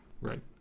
Right